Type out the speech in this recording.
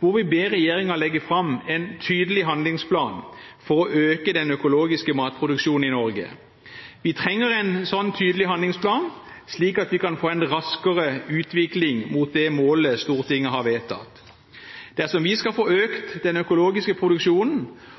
hvor vi ber regjeringen legge fram en tydelig handlingsplan for å øke den økologiske matproduksjonen i Norge. Vi trenger en tydelig handlingsplan, slik at vi kan få en raskere utvikling mot det målet Stortinget har vedtatt. Dersom vi skal få økt den økologiske produksjonen,